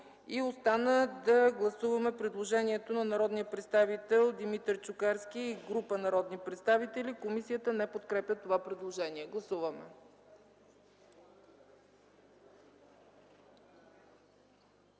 Остана да гласуваме предложението на народния представител Димитър Чукарски и група народни представители. Комисията не подкрепя това предложение. Гласуваме.